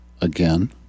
again